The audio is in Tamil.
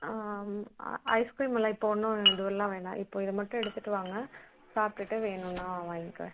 ஐஸ்கிரீமெல்லாம் இப்போ ஒன்றும் இதுவெல்லாம் வேணா இப்போ இது மட்டும் எடுத்துகிட்டு வாங்க சாப்பிட்டுட்டு வேணும்ன்னா வாங்கிக்கிறேன்